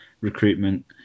recruitment